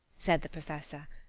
said the professor,